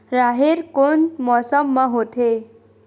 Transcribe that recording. राहेर कोन मौसम मा होथे?